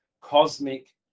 cosmic